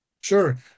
Sure